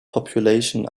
population